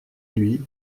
lui